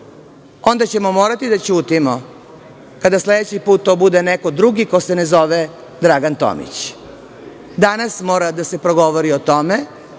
onda ćemo morati da ćutimo kada sledeći put to bude neko drugi ko se ne zove Dragan Tomić. Danas mora da se progovori o tome,